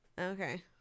Okay